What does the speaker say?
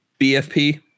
bfp